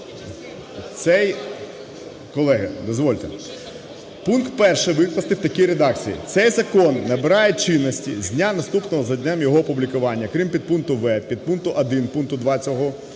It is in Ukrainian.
Цей... Колеги, дозвольте. Пункт 1 викласти в такій редакції: "Цей закон набирає чинності з дня, наступного за днем його опублікування, крім підпункту "в" підпункту 1 пункту 2 цього